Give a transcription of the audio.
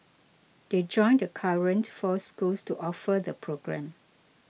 they join the current four schools to offer the programme